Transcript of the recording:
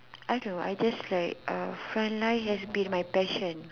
I know I just like uh front line has been my passion